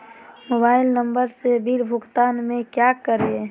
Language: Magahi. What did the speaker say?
मोबाइल नंबर से बिल भुगतान में क्या करें?